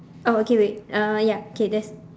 oh okay wait uh ya K there's